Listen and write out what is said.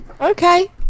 Okay